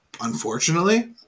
Unfortunately